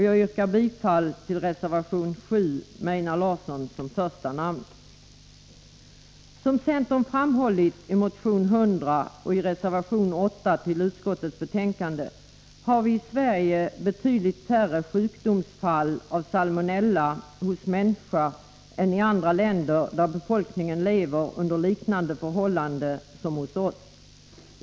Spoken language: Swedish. Jag yrkar bifall till reservation 7 med Einar Larsson som första namn. Som centern framhållit i motion 100 och i reservation 8 till utskottets betänkande har vi i Sverige betydligt färre sjukdomsfall på grund av salmonella hos människa än i andra länder där befolkningen lever under liknande förhållanden som hos oss.